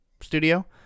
Studio